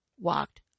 walked